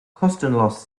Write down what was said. kostenlos